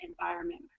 environment